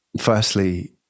firstly